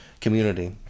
community